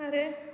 आरो